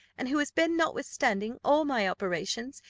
and who has been, notwithstanding all my operations,